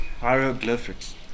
Hieroglyphics